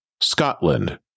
Scotland